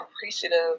appreciative